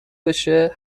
بشه